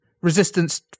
Resistance